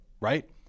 right